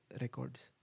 records